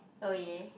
oh ya